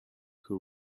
who